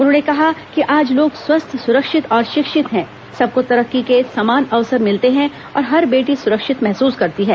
उन्होंने कहा कि आज लोग स्वस्थ सुरक्षित और शिक्षित हैं सबको तरक्की के समान अवसर मिलते हैं और हर बेटी सुरक्षित महसूस करती है